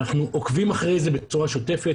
אנחנו עוקבים אחרי זה בצורה שוטפת,